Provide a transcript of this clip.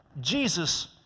Jesus